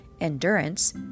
Endurance